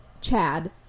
chad